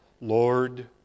Lord